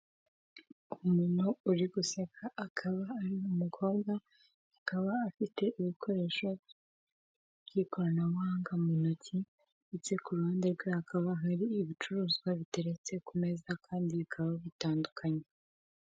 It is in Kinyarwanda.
Umuntu uri guseka akaba ari umukobwa akaba afite ibikoresho by'ikoranabuhanga mu ntoki ndetse kuruhande rwe hakaba hari ibicuruzwa biteretse ku meza kandi bikaba bitandukanye.